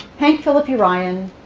hank phillippi ryan,